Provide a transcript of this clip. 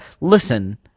listen